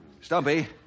Stumpy